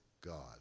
God